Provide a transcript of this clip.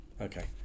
okay